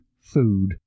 food